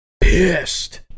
pissed